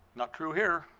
not true here.